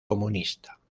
comunista